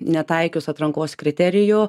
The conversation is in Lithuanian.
netaikius atrankos kriterijų